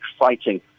exciting